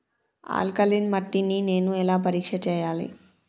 Alkaline మట్టి ని నేను ఎలా పరీక్ష చేయాలి?